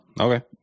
okay